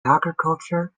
agriculture